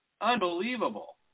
Unbelievable